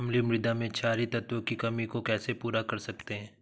अम्लीय मृदा में क्षारीए तत्वों की कमी को कैसे पूरा कर सकते हैं?